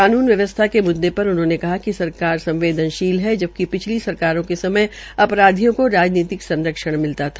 कानून व्यवस्था के मुद्दे पर उन्होंने कहा कि सरकार संवदेन शील है जबकि पिछली सरकारों के समय अपराधियों को राजनीति संरक्षण मिलता था